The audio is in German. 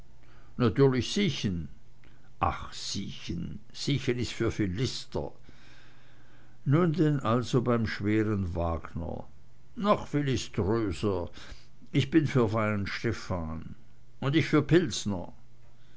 natürlich siechen ach siechen siechen ist für philister nun denn also beim schweren wagner noch philiströser ich bin für weihenstephan und ich für